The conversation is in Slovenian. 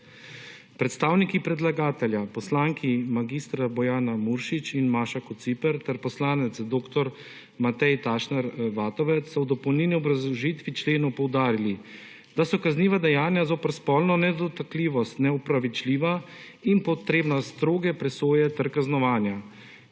Predstavniki predlagatelja poslanki mag. Bojana Muršič in Maša Kociper ter poslanec dr. Matej T. Vatovec so v dopolnilni obrazložitvi členov poudarili, da so kazniva dejanja zoper spolno nedotakljivost neopravičljiva in potrebna stroge presoje ter kaznovanja.